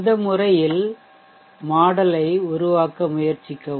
இந்த முறையில் மாதிரிமாடல்யை உருவாக்க முயற்சிக்கவும்